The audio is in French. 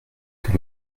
que